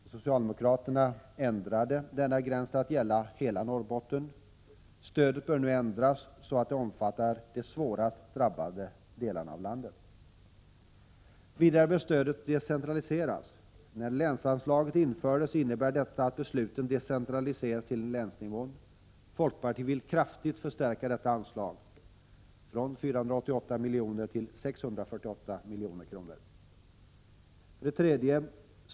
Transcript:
När socialdemokraterna övertog regeringsmakten ändrades denna gräns till att gälla hela Norrbotten. Stödet bör nu ändras så att det omfattar de svårast drabbade delarna av landet. 2. Stöden bör decentraliseras. När länsanslaget infördes innebar detta att besluten decentraliserades till länsnivån. Folkpartiet vill kraftigt förstärka detta anslag, från 488 till 648 miljoner. 3.